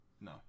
no